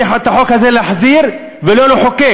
צריך את החוק הזה להחזיר ולא לחוקק.